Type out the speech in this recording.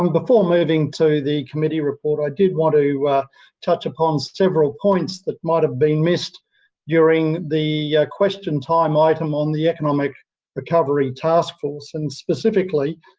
um before moving to the committee report, i did want to touch upon several points that might have been missed during the question time item on the economic recovery taskforce and specifically,